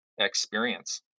experience